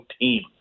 team